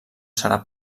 serà